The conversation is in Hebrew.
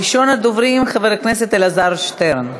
ראשון הדוברים, חבר הכנסת אלעזר שטרן,